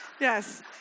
Yes